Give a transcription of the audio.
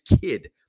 kid